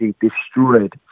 destroyed